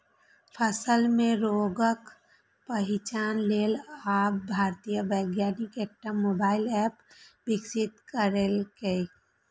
फसल मे रोगक पहिचान लेल आब भारतीय वैज्ञानिक एकटा मोबाइल एप विकसित केलकैए